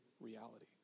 reality